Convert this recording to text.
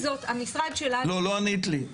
לא, לא ענית לי.